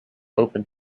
open